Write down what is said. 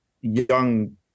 young